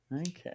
Okay